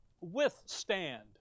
withstand